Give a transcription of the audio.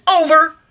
over